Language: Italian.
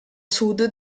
sud